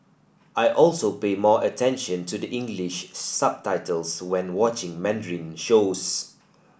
I also pay more attention to the English subtitles when watching Mandarin shows